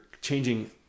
changing